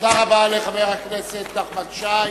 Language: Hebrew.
תודה לחבר הכנסת נחמן שי.